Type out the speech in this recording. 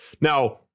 Now